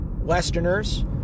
Westerners